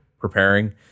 preparing